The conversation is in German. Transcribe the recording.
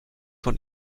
von